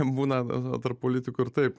būna tarp politikų ir taip